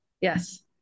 Yes